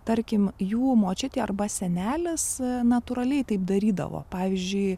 tarkim jų močiutė arba senelis natūraliai taip darydavo pavyzdžiui